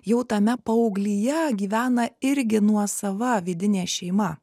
jau tame paauglyje gyvena irgi nuosava vidinė šeima